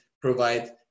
provide